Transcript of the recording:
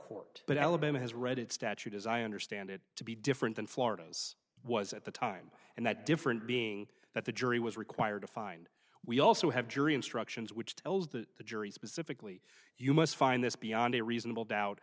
court but alabama has read it statute as i understand it to be different than florida was at the time and that different being that the jury was required to find we also have jury instructions which tells the jury specifically you must find this beyond a reasonable doubt